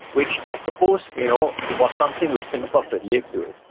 which i suppose you know was something which singapore could live with.